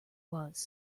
was